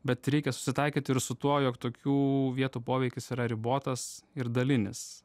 bet reikia susitaikyti ir su tuo jog tokių vietų poveikis yra ribotas ir dalinis